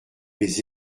les